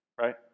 Right